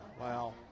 Wow